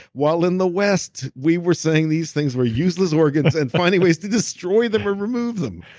while in the west, we were seeing these things where useless organs and finding ways to destroy them or remove them.